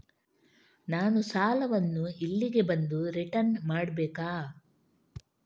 ನಾನು ಸಾಲವನ್ನು ಇಲ್ಲಿಗೆ ಬಂದು ರಿಟರ್ನ್ ಮಾಡ್ಬೇಕಾ?